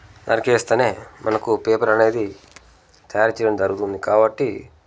నరికేస్తేనే మనకు పేపర్ అనేది తయారు చేయడం జరుగుతుంది కాబట్టి